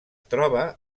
troba